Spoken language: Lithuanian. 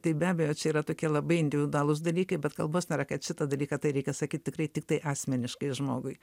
tai be abejo čia yra tokie labai individualūs dalykai bet kalbos nėra kad šitą dalyką tai reikia sakyt tikrai tiktai asmeniškai žmogui